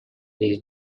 these